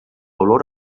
olor